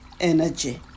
energy